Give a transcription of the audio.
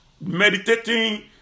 meditating